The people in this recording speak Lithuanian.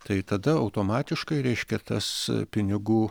tai tada automatiškai reiškia tas pinigų